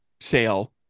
sale